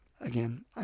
again